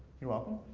you're welcome.